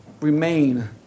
remain